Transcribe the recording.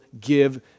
give